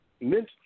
Mint